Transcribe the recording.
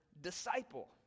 disciple